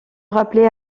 rappelé